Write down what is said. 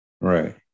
Right